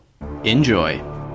Enjoy